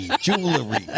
Jewelry